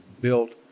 built